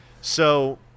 So-